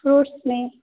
fruits میں